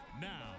Now